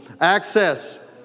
access